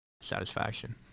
satisfaction